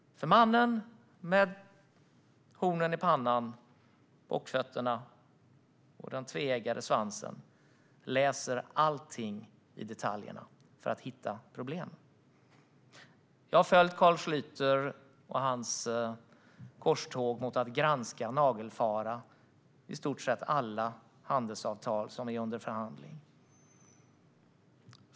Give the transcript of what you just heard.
Mannen med hornen i pannan, bockfötterna och den tveeggade svansen letar alltid i detaljerna för att hitta problemen. Jag har följt Carl Schlyter och hans korståg för att granska och nagelfara i stort sett alla handelsavtal som är under förhandling.